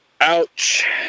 Ouch